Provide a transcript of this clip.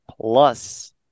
plus